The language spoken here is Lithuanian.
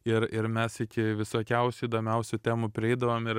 ir ir mes iki visokiausių įdomiausių temų prieidavom ir